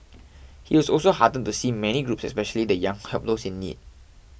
he was also heartened to see many groups especially the young help those in need